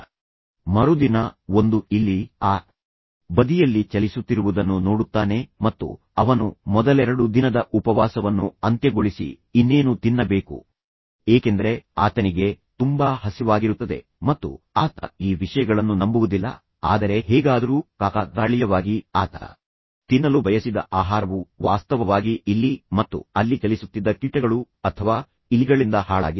ಆದ್ದರಿಂದ ಮರುದಿನ ಮತ್ತೆ ಒಂದು ಇಲಿ ಮತ್ತೆ ಆ ಬದಿಯಲ್ಲಿ ಚಲಿಸುತ್ತಿರುವುದನ್ನು ಅವನು ನೋಡುತ್ತಾನೆ ಮತ್ತು ನಂತರ ಅವನು ಮೊದಲೆರಡು ದಿನದ ಉಪವಾಸವನ್ನು ಅಂತ್ಯಗೊಳಿಸಿ ಇನ್ನೇನು ತಿನ್ನಬೇಕು ಏಕೆಂದರೆ ಆತನಿಗೆ ತುಂಬಾ ಹಸಿವಾಗಿರುತ್ತದೆ ಮತ್ತು ನಂತರ ಆತ ಈ ವಿಷಯಗಳನ್ನು ನಂಬುವುದಿಲ್ಲ ಆದರೆ ನಂತರ ಹೇಗಾದರೂ ಕಾಕತಾಳೀಯವಾಗಿ ಆತ ತಿನ್ನಲು ಬಯಸಿದ ಆಹಾರವು ವಾಸ್ತವವಾಗಿ ಇಲ್ಲಿ ಮತ್ತು ಅಲ್ಲಿ ಚಲಿಸುತ್ತಿದ್ದ ಕೀಟಗಳು ಅಥವಾ ಈ ಇಲಿಗಳಿಂದ ಹಾಳಾಗಿದೆ